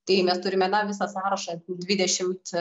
tai mes turime na visą sąrašą dvidešimt